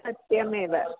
सत्यमेव